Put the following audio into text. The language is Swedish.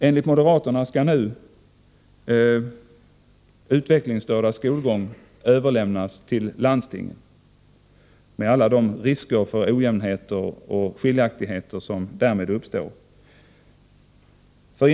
Enligt moderaterna skall nu frågan om utvecklingsstördas skolgång överlämnas till landstingen med alla de risker för ojämnheter och skiljaktigheter som därmed uppstår.